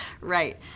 right